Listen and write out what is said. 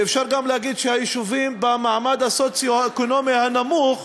ואפשר גם להגיד שהיישובים במעמד הסוציו-אקונומי הנמוך,